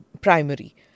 primary